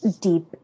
deep